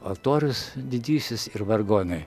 altorius didysis ir vargonai